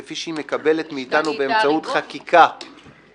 כפי שהיא מקבלת מאיתנו באמצעות חקיקה,